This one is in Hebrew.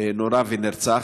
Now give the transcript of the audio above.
נורה ונרצח.